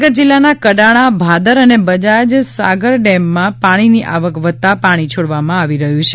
મહિસાગર જિલ્લાના કડાણા ભાદર અને બજાજ સાગર ડેમમાં પાણીની આવક વધતાં પાણી છોડવામાં આવી રહ્યું છે